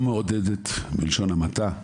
זה עניין לא מעודד בלשון המעטה.